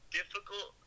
difficult